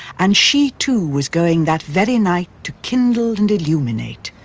and she too was going that very night to kindle and illuminate,